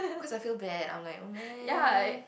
cause I feel bad I'm like oh man